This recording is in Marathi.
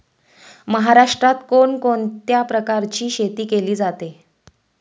महाराष्ट्रात कोण कोणत्या प्रकारची शेती केली जाते?